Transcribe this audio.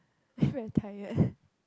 are you very tired